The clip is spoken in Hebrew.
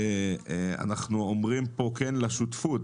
אנחנו אומרים פה כן לשותפות.